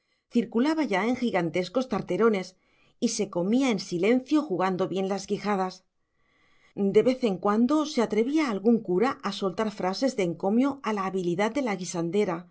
circulaba ya en gigantescos tarterones y se comía en silencio jugando bien las quijadas de vez en cuando se atrevía algún cura a soltar frases de encomio a la habilidad de la guisandera